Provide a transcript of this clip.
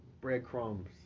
breadcrumbs